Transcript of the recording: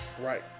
Right